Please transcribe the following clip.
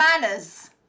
Manners